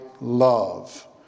love